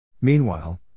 Meanwhile